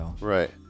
Right